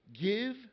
Give